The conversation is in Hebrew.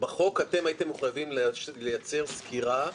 בחוק הייתם מחויבים לייצר סקירה.